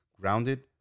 grounded